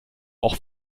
auch